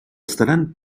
estaran